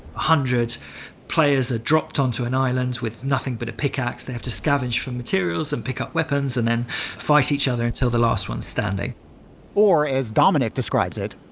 hundreds players ah dropped onto an islands with nothing but a pickax. they have to scavenge from materials and pick up weapons and then fight each other until the last one standing or, as dominic describes it,